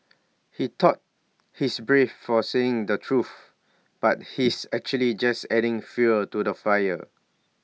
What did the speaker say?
he thought he's brave for saying the truth but he's actually just adding fuel to the fire